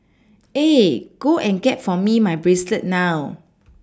eh go and get for me my bracelet now